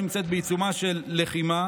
כשהממשלה נמצאת בעיצומה של לחימה.